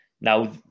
now